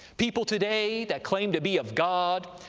people today that claim to be of god,